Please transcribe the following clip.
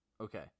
Okay